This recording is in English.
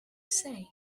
say